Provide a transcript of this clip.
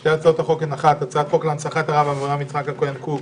שתי הצעות החוק הן: הצעת חוק להנצחת הרב אברהם יצחק הכהן קוק